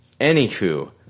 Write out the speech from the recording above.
Anywho